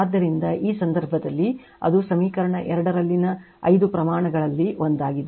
ಆದ್ದರಿಂದ ಈ ಸಂದರ್ಭದಲ್ಲಿ ಅದು ಸಮೀಕರಣ 2 ರಲ್ಲಿನ 5 ಪ್ರಮಾಣಗಳಲ್ಲಿ ಒಂದಾಗಿದೆ